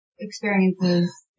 experiences